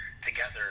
together